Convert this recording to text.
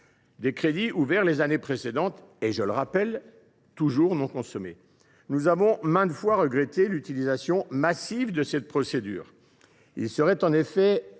de crédits ouverts les années précédentes et non encore consommés. Nous avons maintes fois regretté l’utilisation massive de cette procédure. Il serait bien